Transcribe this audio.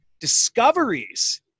discoveries